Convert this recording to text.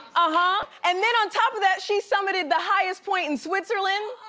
ah huh, and then on top of that, she summited the highest point in switzerland.